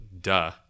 duh